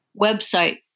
website